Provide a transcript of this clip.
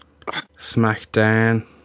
Smackdown